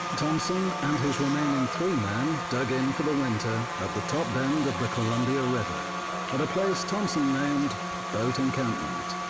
thompson, and his remaining three men, dug in for winter at the top bend of the columbia river at a place thompson named boat encampment.